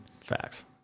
Facts